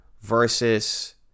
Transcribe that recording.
versus